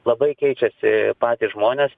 labai keičiasi patys žmonės